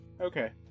Okay